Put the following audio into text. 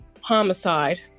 homicide